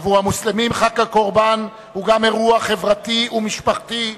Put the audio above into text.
עבור המוסלמים חג הקורבן הוא גם אירוע חברתי ומשפחתי,